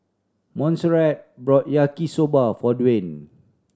Monserrat bought Yaki Soba for Dawne